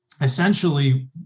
Essentially